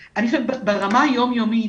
ברמה היום יומית